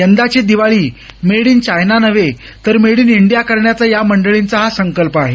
यंदाची Diwali made in China नव्हे तर मेड इन इंडिया करण्याचा या मंडळींचा हा संकल्प आहे